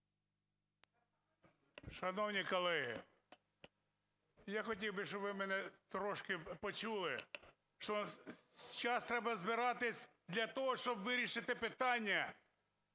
Шановні колеги, я хотів би, щоб ви мене трошки почули, що сейчас треба збиратись для того, щоб вирішити питання